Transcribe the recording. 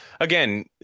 again